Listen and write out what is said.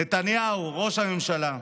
נתניהו, ראש הממשלה,